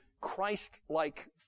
Christ-like